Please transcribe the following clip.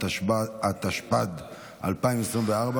התשפ"ד 2024,